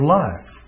life